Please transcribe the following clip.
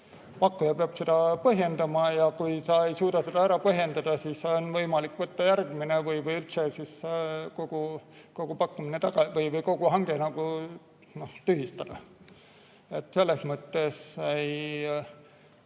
Pakkuja peab seda põhjendama ja kui ta ei suuda seda ära põhjendada, siis on võimalik võtta järgmine [pakkuja] või üldse kogu hange tühistada. Selles mõttes,